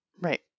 Right